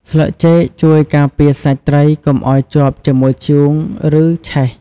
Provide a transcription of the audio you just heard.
ស្លឹកចេកជួយការពារសាច់ត្រីកុំឲ្យជាប់ជាមួយធ្យូង ឬឆេះ។